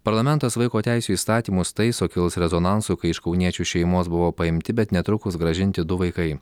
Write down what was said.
parlamentas vaiko teisių įstatymus taiso kilus rezonansų kai iš kauniečių šeimos buvo paimti bet netrukus grąžinti du vaikai